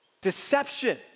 Deception